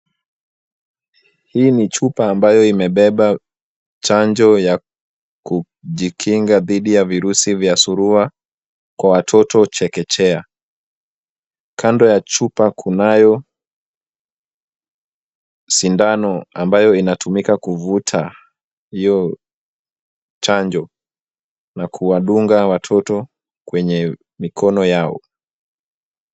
Hii ni chupa ambayo imebeba chanjo ya kujikinga dhidi ya virusi vya surua kwa watoto chekechea. Kando ya chupa kunayo sindano ambayo inatumika kuvuta hiyo chanjo na kuwadunga watoto kwenye mikono yao.